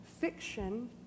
fiction